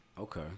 Okay